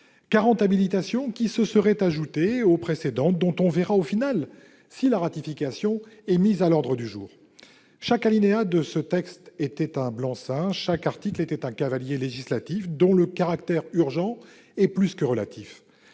40 habilitations se seraient ajoutées aux précédentes, dont on verra si la ratification est inscrite à l'ordre du jour. Chaque alinéa de ce texte était donc un blanc-seing ; chaque article était un cavalier législatif, dont le caractère urgent était plus que relatif.